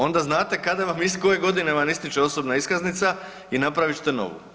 Onda znate kada vam, koje godine vam istječe osobna iskaznica i napravit ćete novu.